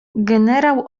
generał